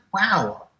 wow